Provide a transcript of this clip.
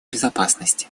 безопасности